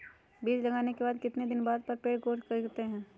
बीज लगाने के बाद कितने दिन बाद पर पेड़ ग्रोथ करते हैं?